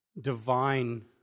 divine